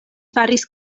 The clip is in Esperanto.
faris